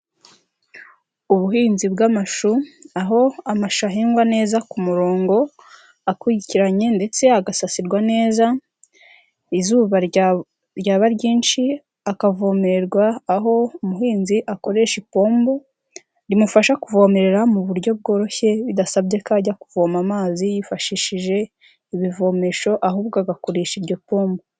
Ubuhinzi bw'amashu, aho amashahingwa neza ku murongo akurikiranye ndetse agasasirwa neza, izuba ryaba ryinshi akavomererwa, aho umuhinzi akoresha ipombo rimufasha kuvomerera mu buryo bworoshye bidasabye ko ajya kuvoma amazi yifashishije ibivomesho, ahubwo agakoresha iryo pmbo.